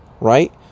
Right